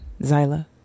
Zyla